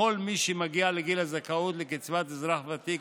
המוסד שולח לכל מי שמגיע לגיל הזכאות לקצבת אזרח ותיק